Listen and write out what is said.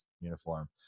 uniform